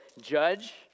judge